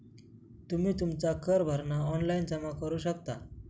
तुम्ही तुमचा कर भरणा ऑनलाइन जमा करू शकता